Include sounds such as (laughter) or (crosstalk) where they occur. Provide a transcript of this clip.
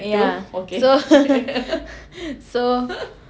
yeah so (laughs) so